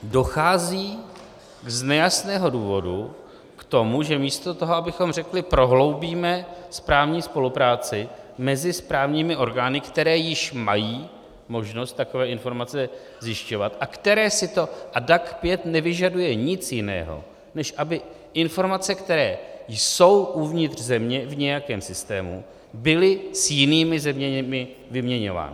Dochází z nejasného důvodu k tomu, že místo toho, abychom řekli: prohloubíme správní spolupráci mezi správními orgány, které již mají možnost takové informace zjišťovat a DAC 5 nevyžaduje nic jiného, než aby informace, které jsou uvnitř země v nějakém systému, byly s jinými zeměmi vyměňovány.